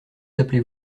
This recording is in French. appelez